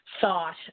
thought